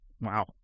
Wow